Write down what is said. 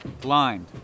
Blind